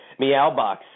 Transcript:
Meowbox